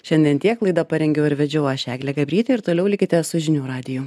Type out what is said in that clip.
šiandien tiek laidą parengiau ir vedžiau aš eglė gabrytė ir toliau likite su žinių radiju